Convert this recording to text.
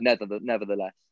nevertheless